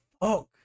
fuck